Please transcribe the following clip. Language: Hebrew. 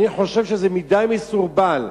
אני חושב שזה מדי מסורבל.